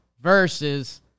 versus